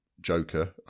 Joker